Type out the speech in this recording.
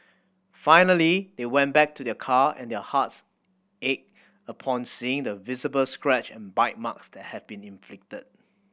finally they went back to their car and their hearts ached upon seeing the visible scratch and bite marks that had been inflicted